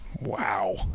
Wow